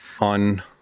on